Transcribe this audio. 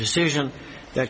decision that